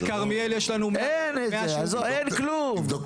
ובכרמיאל יש לנו 180. אין את זה, אין כלום.